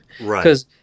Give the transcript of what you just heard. Right